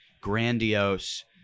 grandiose